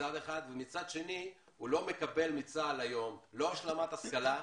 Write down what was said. ומצד שני הוא לא מקבל מצה"ל היום השלמת השכלה.